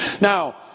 Now